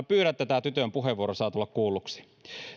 pyydän että tämä tytön puheenvuoro saa tulla kuulluksi